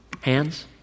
Hands